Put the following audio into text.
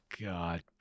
God